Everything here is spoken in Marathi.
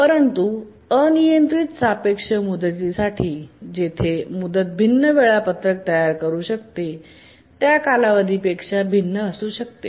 परंतु अनियंत्रित सापेक्ष मुदतींसाठी जेथे मुदत भिन्न वेळापत्रक तयार करू शकते त्या कालावधी पेक्षा भिन्न असू शकते